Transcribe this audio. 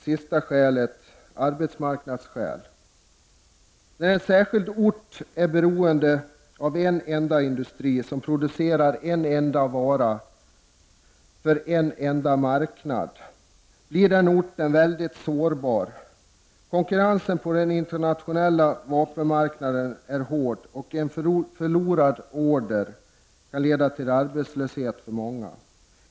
Slutligen arbetsmarknadsskäl: När en särskild ort är beroende av en enda industri som producerar en enda vara för en enda marknad, blir den orten väldigt sårbar. Konkurrensen på den internationella vapenmarknaden är hård, och en förlorad order kan leda till arbetslöshet för många.